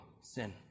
sin